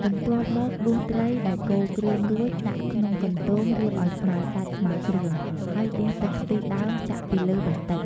បន្ទាប់មកដួសត្រីដែលកូរគ្រឿង រួចដាក់ក្នុងកន្ទោងរៀបឲ្យស្មើសាច់ស្មើគ្រឿង ហើយដួសទឹកខ្ទិះដើមចាក់ពីលើបន្តិច។